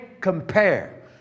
compare